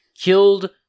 killed